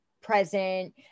present